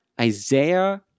Isaiah